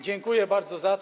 Dziękuję bardzo za to.